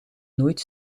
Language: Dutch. nooit